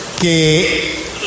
que